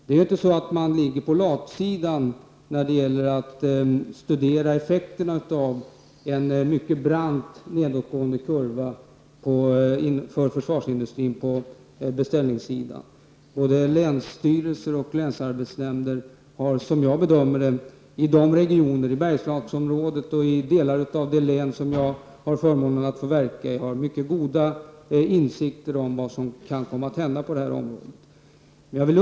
Man ligger inte på latsidan när det gäller att studera effekten av en mycket brant nedåtgående kurva för försvarsindustrin på beställningssidan. Länsstyrelser och länsarbetsnämnder har, som jag bedömer det, i Bergslagsområdet och i delar av de län som jag har förmånen att få verka i mycket goda insikter om vad som kan komma att hända på det här området.